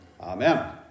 Amen